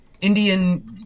Indian